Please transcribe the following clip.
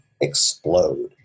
explode